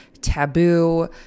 taboo